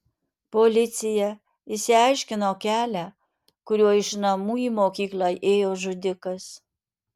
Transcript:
policija išsiaiškino kelią kuriuo iš namų į mokyklą ėjo žudikas